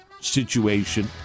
situation